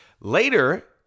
Later